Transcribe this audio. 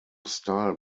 style